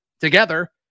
together